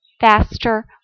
faster